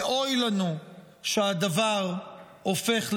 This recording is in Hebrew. ואוי לנו שהדבר הופך לשגרה.